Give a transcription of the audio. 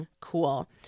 cool